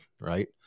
right